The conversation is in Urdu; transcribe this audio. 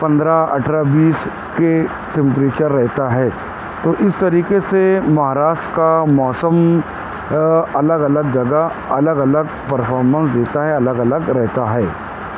پندرہ اٹھرہ بیس کے ٹمپریچر رہتا ہے تو اس طریقے سے مہاراشٹر کا موسم الگ الگ جگہ الگ الگ پرفامنس دیتا ہے الگ الگ رہتا ہے